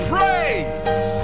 Praise